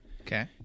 okay